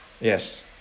Yes